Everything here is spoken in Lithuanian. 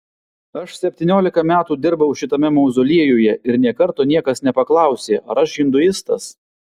aš septyniolika metų dirbau šitame mauzoliejuje ir nė karto niekas nepaklausė ar aš hinduistas